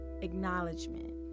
acknowledgement